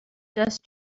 just